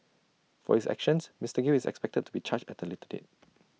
for his actions Mister gill is expected to be charged at A later date